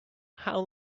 how